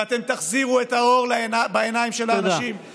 ואתם תחזירו את האור בעיניים של האנשים, תודה.